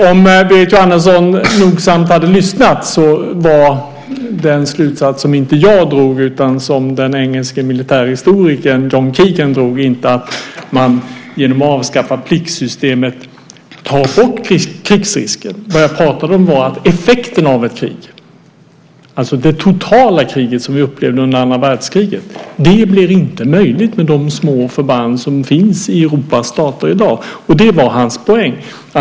Fru talman! Om Berit Jóhannesson hade lyssnat noga var den slutsats som inte jag utan den engelske militärhistorikern John Keegan drog inte att man genom att avskaffa pliktsystemet tar bort krigsrisken. Vad jag pratade om var att effekten av ett krig - alltså det totala krig som vi upplevde under andra världskriget - inte blir möjlig med de små förband som finns i Europas stater i dag. Det var hans poäng.